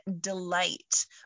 delight